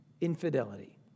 Infidelity